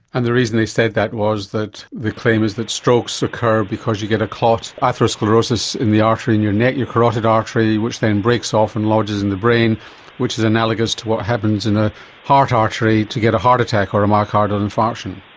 and the reason they said that was that the claim is that strokes occur because you get a clot, atherosclerosis in the artery in your neck, your carotid artery, which then breaks off and lodges in the brain which is analogous to what happens in a heart artery to get a heart attack or a myocardial infarction.